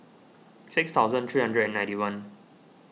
six thousand three hundred and ninety one